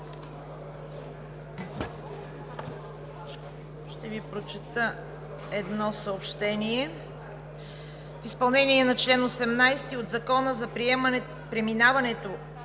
Ще Ви прочета едно съобщение: „В изпълнение на чл. 18 от Закона за преминаването